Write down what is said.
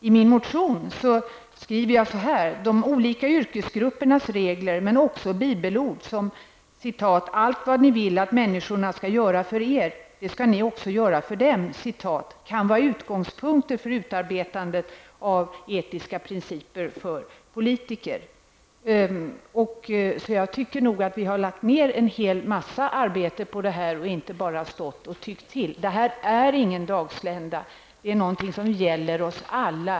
I min motion har jag skrivit: ''De olika yrkesgruppernas regler men också bibelord som 'Allt vad ni vill att människorna skall göra för er, det skall ni också göra för dem' kan vara en utgångspunkt för utarbetandet av etiska regler för politiker''. Jag anser att jag har lagt ned mycket arbete på detta, så det är inte någonting som jag bara har stått och tyckt till om. Det här är ingen dagslända, utan det gäller oss alla.